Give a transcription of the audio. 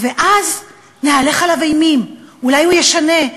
ואז להלך עליו אימים, אולי הוא ישנה.